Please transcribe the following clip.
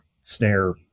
snare